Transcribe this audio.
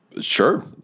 Sure